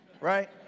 right